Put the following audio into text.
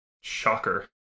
Shocker